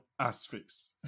Assface